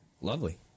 lovely